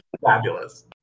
Fabulous